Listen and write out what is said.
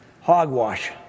Hogwash